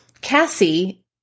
Cassie